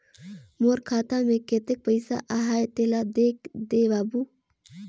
मोर खाता मे कतेक पइसा आहाय तेला देख दे बाबु?